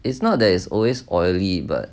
it's not there is always oily but